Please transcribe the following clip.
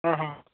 आं हां